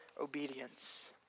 obedience